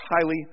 highly